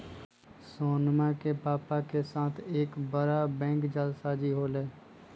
सोहनवा के पापा के साथ एक बड़ा बैंक जालसाजी हो लय